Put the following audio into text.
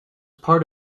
part